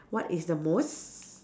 what is the most